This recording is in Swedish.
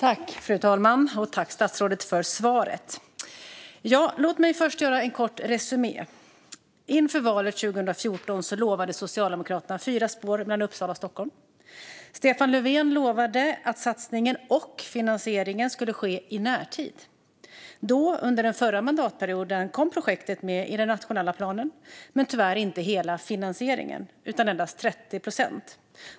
Fru talman! Jag tackar statsrådet för svaret. Låt mig först göra en kort resumé. Inför valet 2014 lovade Socialdemokraterna fyra spår mellan Uppsala och Stockholm. Stefan Löfven lovade att satsningen och finansieringen skulle ske i närtid. Då, under den förra mandatperioden, kom projektet med i den nationella planen, men tyvärr inte hela finansieringen utan endast 30 procent.